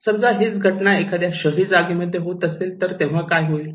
समजा हीच घटना एखाद्या शहरी जागे मध्ये होत असेल तेव्हा काय होईल